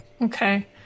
okay